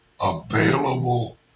available